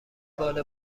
بال